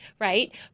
right